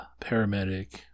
paramedic